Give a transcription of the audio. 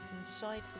Inside